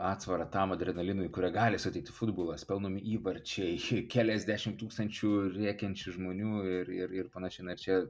atsvarą tam adrenalinui kurį gali suteikti futbolas pelnomi įvarčiai keliasdešimt tūkstančių rėkiančių žmonių ir ir ir panašiai na ir čia